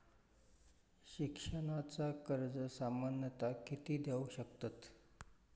शिक्षणाचा कर्ज सामन्यता किती देऊ शकतत?